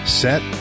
set